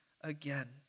again